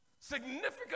significant